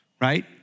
right